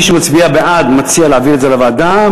מי שמצביע בעד מציע להעביר את זה לוועדה,